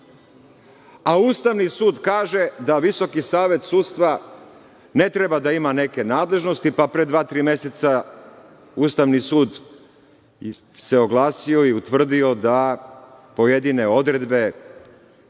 a Ustavni sud kaže da VSS ne treba da ime neke nadležnosti, pa pre dva-tri meseca Ustavni sud se oglasio u utvrdio da pojedine odredbe